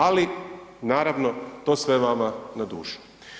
Ali, naravno, to sve vama na dušu.